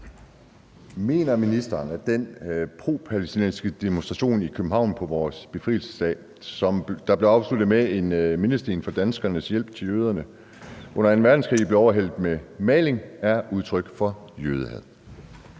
Mener ministeren, at den propalæstinensiske demonstration i København på vores befrielsesdag, der blev afsluttet med, at en mindesten for danskernes hjælp til jøderne under anden verdenskrig blev overhældt med maling, er udtryk for jødehad?